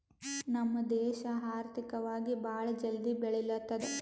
ನಮ್ ದೇಶ ಆರ್ಥಿಕವಾಗಿ ಭಾಳ ಜಲ್ದಿ ಬೆಳಿಲತ್ತದ್